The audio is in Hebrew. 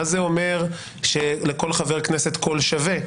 מה זה אומר שלכל חבר כנסת קול שווה,